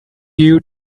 you